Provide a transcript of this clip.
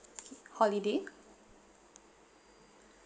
holiday